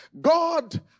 God